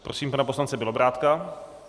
Prosím pana poslance Bělobrádka.